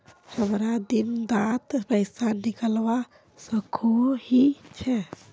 हमरा दिन डात पैसा निकलवा सकोही छै?